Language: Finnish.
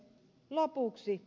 lopuksi